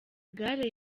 gare